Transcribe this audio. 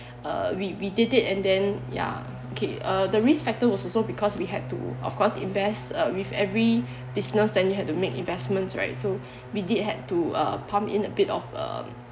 uh we we did it and then ya okay uh the risk factor was also because we had to of course invest uh with every business then you had to make investments right so we did had to uh pump in a bit of uh